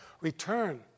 Return